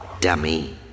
dummy